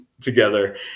together